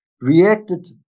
reacted